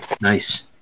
Nice